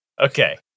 okay